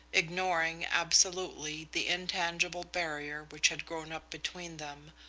ignoring absolutely the intangible barrier which had grown up between them,